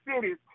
cities